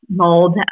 mold